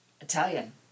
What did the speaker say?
Italian